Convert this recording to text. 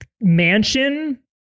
Mansion